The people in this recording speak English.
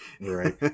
Right